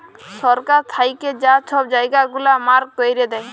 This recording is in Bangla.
সরকার থ্যাইকে যা ছব জায়গা গুলা মার্ক ক্যইরে দেয়